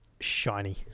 Shiny